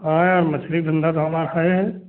हाँ यार मछली जिन्दा तो हमार है